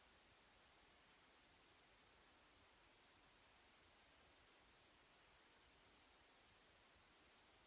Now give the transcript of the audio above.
Grazie